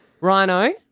Rhino